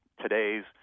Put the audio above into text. today's